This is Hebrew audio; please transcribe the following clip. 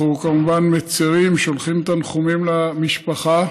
אנחנו כמובן מצירים, שולחים תנחומים למשפחה,